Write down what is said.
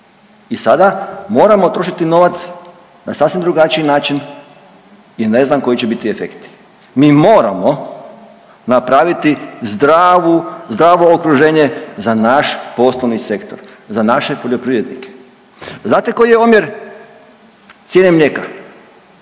I sada moramo trošiti novac na sasvim drugačiji način i ne znam koji će biti efekti. Mi moramo napraviti zdravu, zdravo okruženje za naš poslovni sektor, za naše poljoprivrednike. Znate koji je omjer cijene mlijeka?